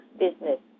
business